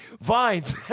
vines